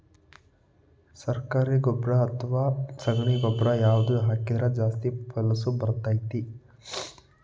ಸರಕಾರಿ ಗೊಬ್ಬರ ಅಥವಾ ಸಗಣಿ ಗೊಬ್ಬರ ಯಾವ್ದು ಹಾಕಿದ್ರ ಜಾಸ್ತಿ ಫಸಲು ಬರತೈತ್ರಿ?